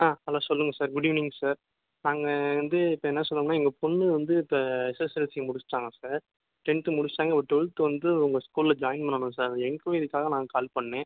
ஆ hello சொல்லுங்கள் sir good evening sir நாங்கள் வந்து இப்போ என்ன சொல்கிறோம்னா எங்கள் பொண்ணு வந்து இப்போ எஸ்எஸ்எல்சி முடிச்சுட்டாங்க சார் டென்த்து முடிச்சுட்டாங்க இப்போ டுவெல்த்து வந்து உங்கள் ஸ்கூலில் ஜாயின் பண்ணணும் சார் என்கொயரிக்காக நான் கால் பண்ணுணேன்